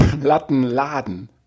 Plattenladen